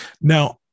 now